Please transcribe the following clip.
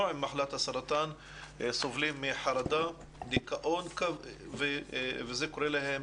עם מחלת סרטן סובלים מחרדה ודיכאון וזה קורה להם